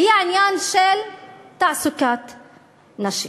היא העניין של תעסוקת נשים.